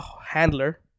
Handler